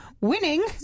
winning